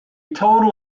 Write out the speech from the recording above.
total